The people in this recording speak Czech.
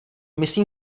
myslím